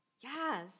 Yes